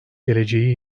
geleceği